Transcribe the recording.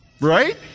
Right